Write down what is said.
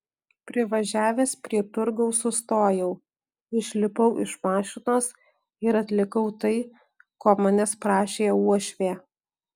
privažiavęs prie turgaus sustojau išlipau iš mašinos ir atlikau tai ko manęs prašė uošvė